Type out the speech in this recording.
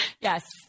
Yes